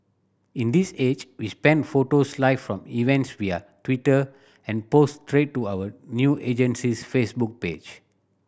in this age we spend photos live from events via Twitter and post straight to our new agency's Facebook page